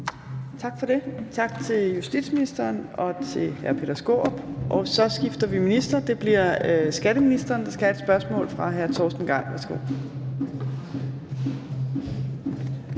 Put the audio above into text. Tak for det. Tak til justitsministeren og til hr. Peter Skaarup. Så skifter vi minister. Det er skatteministeren, der skal have et spørgsmål fra hr. Torsten Gejl.